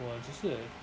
我只是